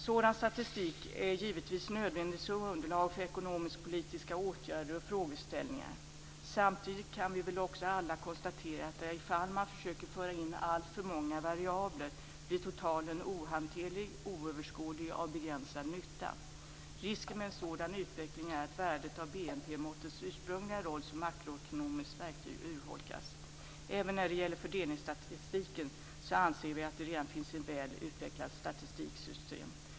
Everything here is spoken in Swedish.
Sådan statistik är givetvis nödvändig som underlag för ekonomisk-politiska åtgärder och frågeställningar. Samtidigt kan vi också alla konstatera att det i de fall man försöker införa för många variabler blir det totala ohanterligt, oöverskådligt och av begränsad nytta. Risken med en sådan utveckling är att värdet av BNP-måttets ursprungliga roll som makroekonomiskt verktyg urholkas. Även när det gäller fördelningsstatistiken anser vi att det redan finns ett väl utvecklat statistiksystem.